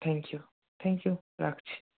thank you thank you রাখছি